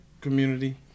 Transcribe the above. community